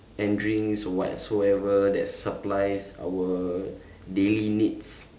and drinks or whatsoever that supplies our daily needs